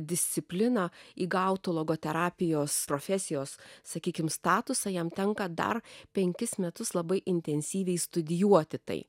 discipliną įgautų logoterapijos profesijos sakykim statusą jam tenka dar penkis metus labai intensyviai studijuoti tai